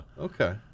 okay